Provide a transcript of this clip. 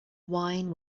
wine